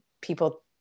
people